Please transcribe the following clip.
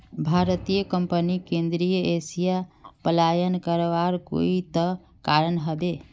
भारतीय कंपनीक केंद्रीय एशिया पलायन करवार कोई त कारण ह बे